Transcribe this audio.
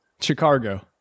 chicago